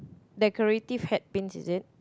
decorative hat pins is it